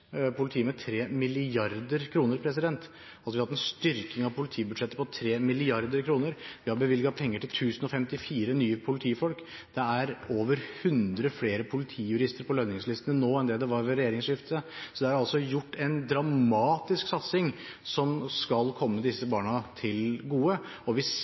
politiet med 3 mrd. kr. Vi har altså hatt en styrking av politibudsjettet på 3 mrd. kr, vi har bevilget penger til 1 054 nye politifolk, og det er over 100 flere politijurister på lønningslistene nå enn det det var ved regjeringsskiftet. Det har altså vært en dramatisk satsing, som skal komme disse barna til gode, og